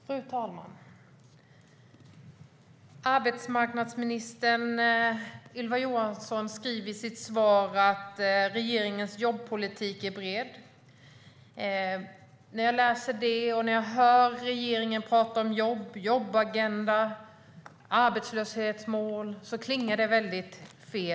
Fru talman! Arbetsmarknadsminister Ylva Johansson säger i sitt svar att regeringens jobbpolitik är bred. När jag hör det och när jag hör regeringen prata om jobb, jobbagenda och arbetslöshetsmål klingar det fel i mina öron.